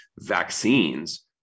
vaccines